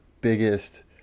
biggest